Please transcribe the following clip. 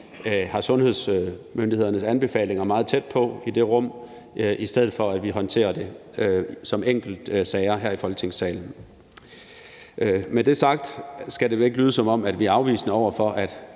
har sundhedsmyndighedernes anbefalinger meget tæt på i det rum, i stedet for at vi håndterer det som enkeltsager her i Folketingssalen. Med det sagt skal det ikke lyde, som om vi er afvisende over for, at